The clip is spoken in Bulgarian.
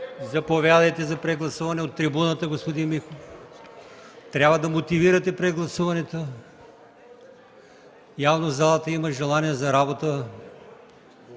Заповядайте, за прегласуване – от трибуната, господин Михов. Трябва да мотивирате прегласуването. Явно залата има желание за работа.